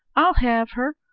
i'll have her!